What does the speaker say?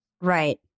Right